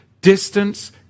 Distance